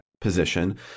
position